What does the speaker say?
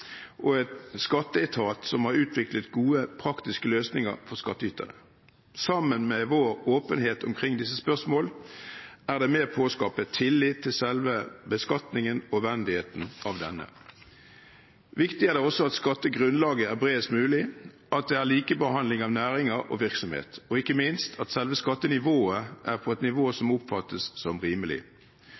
og en skatteetat som har utviklet gode praktiske løsninger for skattytere. Sammen med vår åpenhet omkring disse spørsmål er det med på å skape tillit til selve beskatningen og nødvendigheten av denne. Viktig er det også at skattegrunnlaget er bredest mulig, at det er likebehandling av næringer og virksomheter, og ikke minst at selve skatten er på et nivå som oppfattes som rimelig.